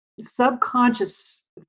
subconscious